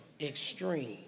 Extreme